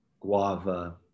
guava